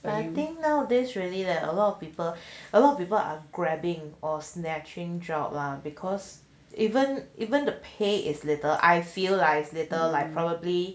and I think nowadays really leh a lot of people a lot of people are grabbing or snatching job lah because even even the pay is little I feel like little like probably